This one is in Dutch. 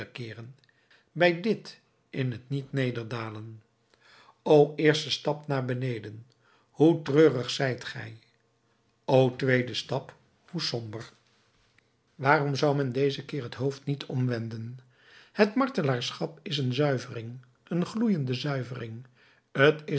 bij dit in het niet nederdalen o eerste stap naar beneden hoe treurig zijt gij o tweede stap hoe somber waarom zou men dezen keer het hoofd niet omwenden het martelaarschap is een zuivering een gloeiende zuivering t